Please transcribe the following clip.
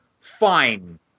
fine